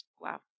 wow